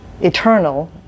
eternal